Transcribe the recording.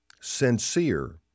sincere